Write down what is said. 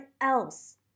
else